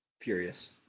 Furious